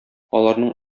аларның